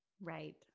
Right